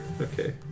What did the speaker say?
Okay